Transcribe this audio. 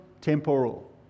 temporal